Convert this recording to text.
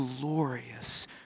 glorious